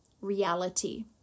reality